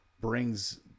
brings